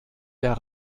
der